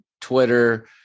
Twitter